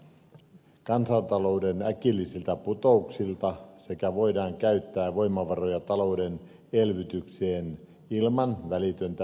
näin säästytään kansantalouden äkillisiltä putoamisilta sekä näin voidaan käyttää voimavaroja talouden elvytykseen ilman välitöntä velkaantumista